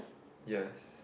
yes